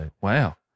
Wow